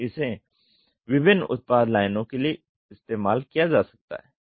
तो इसे विभिन्न उत्पाद लाइनों के लिए इस्तेमाल किया जा सकता है